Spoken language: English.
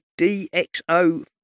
DXO